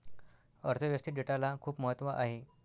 अर्थ व्यवस्थेत डेटाला खूप महत्त्व आहे